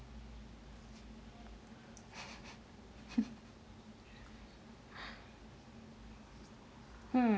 mm